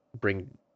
bring